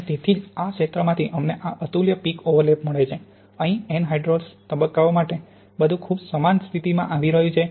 અને તેથી જ આ ક્ષેત્રમાંથી અમને આ અતુલ્ય પીક ઓવરલેપ મળે છે અહીં એનહડ્રૌસ તબક્કાઓ માટે બધું ખૂબ સમાન સ્થિતિમાં આવી રહ્યું છે